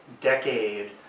decade